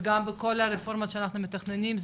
וגם בכל הרפורמות שאנחנו מתכננים,